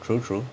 true true